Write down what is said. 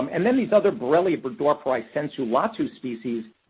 um and then these other borrelia burgdorferi sensu lato species,